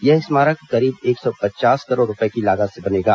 यह स्मारक करीब एक सौ पचास करोड़ रूपये की लागत से बनेगा